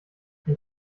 ein